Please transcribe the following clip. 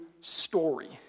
story